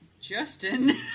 Justin